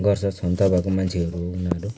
गर्छ क्षमता भएको मान्छेहरू हो उनीहरू